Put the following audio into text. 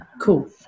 Cool